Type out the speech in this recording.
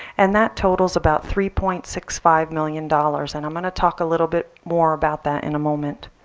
and that totals about three point six five million dollars. and i'm going to talk a little bit more about that in a moment.